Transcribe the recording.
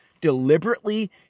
deliberately